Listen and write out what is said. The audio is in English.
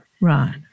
Right